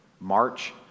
March